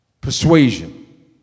persuasion